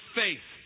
faith